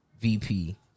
VP